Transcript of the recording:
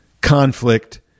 conflict